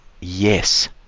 yes